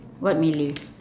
what malay